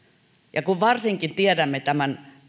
ja varsinkin kun tiedämme tämän